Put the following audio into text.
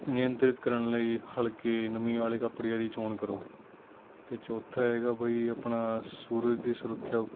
ਨਿਯੰਤਰਿਤ ਕਰਨ ਲਈ ਹਲਕੇ ਨਮੀ ਵਾਲੇ ਕੱਪੜਿਆਂ ਦੀ ਚੋਣ ਕਰੋ ਅਤੇ ਚੌਥਾ ਹੈਗਾ ਬਈ ਆਪਣਾ ਸੂਰਜ ਦੀ ਸੁਰੱਖਿਆ